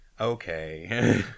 okay